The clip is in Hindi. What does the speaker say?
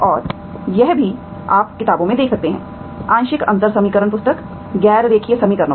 और यह भी कि आप किताबों में देख सकते हैं आंशिक अंतर समीकरण पुस्तक गैर रेखीय समीकरणों पर